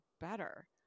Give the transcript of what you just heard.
better